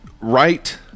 right